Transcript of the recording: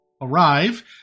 arrive